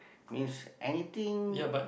means anything